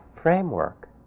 framework